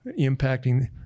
impacting